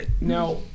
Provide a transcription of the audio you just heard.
now